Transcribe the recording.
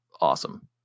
awesome